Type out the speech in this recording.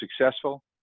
successful